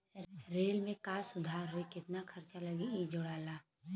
rail में का सुधार होई केतना खर्चा लगी इ जोड़ला